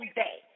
day